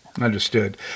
Understood